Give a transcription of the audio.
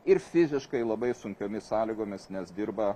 ir fiziškai labai sunkiomis sąlygomis nes dirba